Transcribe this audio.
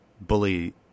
bully